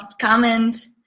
Comment